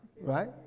Right